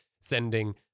sending